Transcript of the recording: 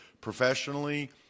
professionally